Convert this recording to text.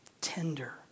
tender